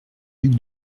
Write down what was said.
duc